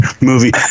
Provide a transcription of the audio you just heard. movie